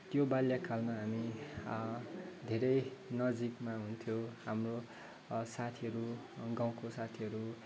त्यो बाल्यकालमा हामी धेरै नजिकमा हुन्थ्यौँ हाम्रो साथीहरू गाउँको साथीहरू